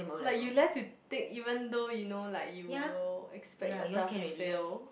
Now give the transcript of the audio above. like you dare to take even though you know like you will expect yourself to fail